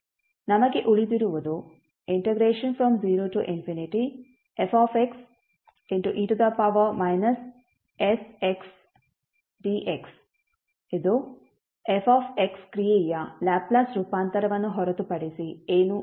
ನಮಗೆ ಉಳಿದಿರುವುದು 0fxe sxdx ಇದು fx ಕ್ರಿಯೆಯ ಲ್ಯಾಪ್ಲೇಸ್ ರೂಪಾಂತರವನ್ನು ಹೊರತುಪಡಿಸಿ ಏನೂ ಅಲ್ಲ